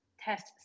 test